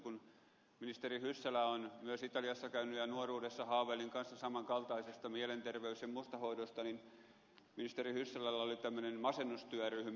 kun ministeri hyssälä on myös italiassa käynyt ja nuoruudessa haaveilin kanssa saman kaltaisista mielenterveys ja muista hoidoista niin ministeri hyssälällä oli tämmöinen masennustyöryhmä